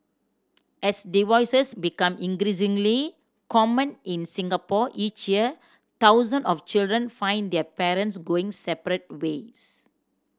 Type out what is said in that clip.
as divorces become increasingly common in Singapore each year thousand of children find their parents going separate ways